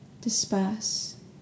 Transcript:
disperse